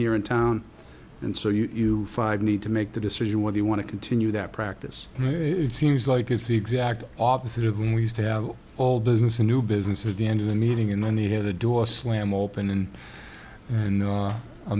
here in town and so you five need to make the decision whether you want to continue that practice it seems like it's the exact opposite of when we used to have all business a new business at the end of the meeting and then he had a door slam open and a